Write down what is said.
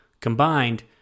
Combined